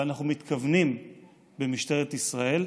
ואנחנו מתכוונים במשטרת ישראל,